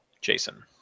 Jason